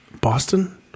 Boston